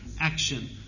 action